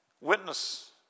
Witness